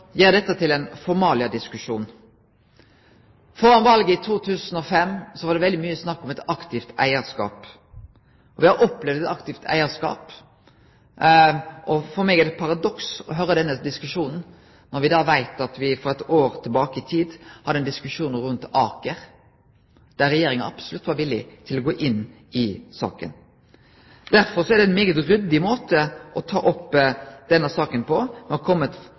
gjer dette til ein formaliadiskusjon. Før valet i 2005 var det veldig mykje snakk om ein aktiv eigarskap. Vi har opplevd ein aktiv eigarskap. For meg er det eit paradoks å høre denne diskusjonen, når me veit at me for eit år tilbake hadde ein diskusjon om Aker, der Regjeringa absolutt var villig til å gå inn i saka. Derfor er det ein veldig ryddig måte å ta opp denne saka på, å kome